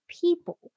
people